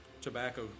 tobacco